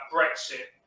Brexit